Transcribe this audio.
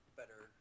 better